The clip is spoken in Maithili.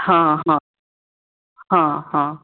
हॅं हॅं हॅं हॅं